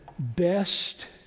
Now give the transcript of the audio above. best